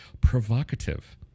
Provocative